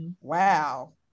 Wow